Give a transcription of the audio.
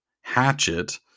Hatchet